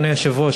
אדוני היושב-ראש,